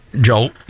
Joel